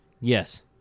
Yes